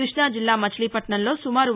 కృష్ణాజిల్లా మచిలీపట్నంలో సుమారు రూ